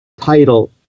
title